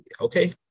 okay